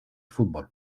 fútbol